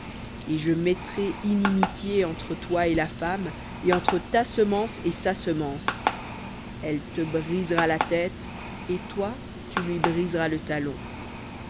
et je mettrai inimitié entre toi et la femme et entre ta semence et sa semence elle te brisera la tête et toi tu lui briseras le talon